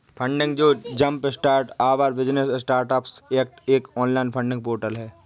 funding जो jumpstart our business startups act एक online funding portal है